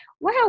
wow